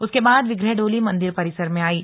उसके बाद विग्रह डोली मंदिर परिसर में आयी